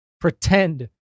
pretend